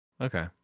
okay